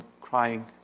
crying